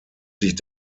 sich